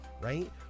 right